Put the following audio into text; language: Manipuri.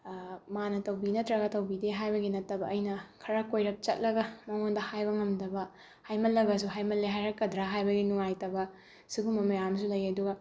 ꯃꯥꯅ ꯇꯧꯕꯤ ꯅꯠꯇ꯭ꯔꯒ ꯇꯧꯕꯤꯗꯦ ꯍꯥꯏꯕꯒꯤ ꯅꯠꯇꯕ ꯑꯩꯅ ꯈꯔ ꯀꯣꯏꯔꯞ ꯆꯠꯂꯒ ꯃꯉꯣꯟꯗ ꯍꯥꯏꯕ ꯉꯝꯗꯕ ꯍꯥꯏꯃꯜꯂꯒꯁꯨ ꯍꯥꯏꯃꯜꯂꯦ ꯍꯥꯏꯔꯛꯀꯗ꯭ꯔꯥ ꯍꯥꯏꯕꯒꯤ ꯅꯨꯡꯉꯥꯏꯇꯕ ꯁꯤꯒꯨꯝꯕ ꯃꯌꯥꯝꯁꯨ ꯂꯩꯌꯦ ꯑꯗꯨꯒ